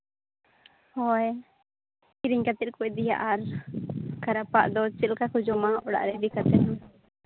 ᱦᱳᱭ ᱠᱤᱨᱤᱧ ᱠᱟᱛᱮ ᱠᱚ ᱤᱫᱤᱭᱟ ᱟᱨ ᱠᱷᱟᱨᱟᱯᱟᱜ ᱫᱚ ᱪᱮᱫ ᱞᱮᱠᱟ ᱠᱚ ᱡᱚᱢᱟ ᱚᱲᱟᱜ ᱨᱮ ᱤᱫᱤ ᱠᱟᱛᱮ